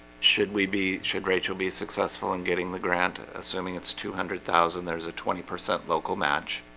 should we be should rachel be successful in getting the grant assuming it's two hundred thousand. there's a twenty percent local match